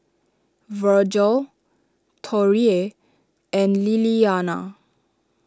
Virgel Torrie and Lillianna